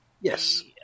Yes